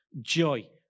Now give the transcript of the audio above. joy